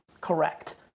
Correct